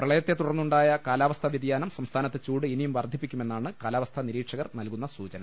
പ്രളയത്തെ തുടർന്നുണ്ടായ കാലാവസ്ഥാവ്യതിയാനം സംസ്ഥാനത്ത് ചൂട് ഇനിയും വർധിപ്പിക്കു മെന്നാണ് കാലാവസ്ഥാനിരീക്ഷകർ നൽകുന്ന സൂചന